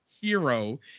hero